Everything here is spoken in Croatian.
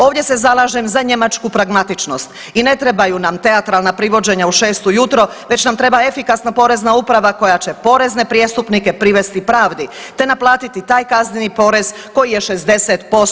Ovdje se zalažem za njemačku pragmatičnost i ne trebaju nam teatralna privođenja u 6 ujutro već nam treba efikasna Porezna uprava koja će porezne prijestupnike privesti pravdi te naplatiti taj kazneni porez koji je 60%